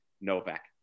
Novak